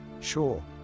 Sure